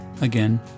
Again